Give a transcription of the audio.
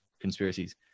conspiracies